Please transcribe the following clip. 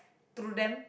threw them